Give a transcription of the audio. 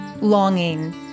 longing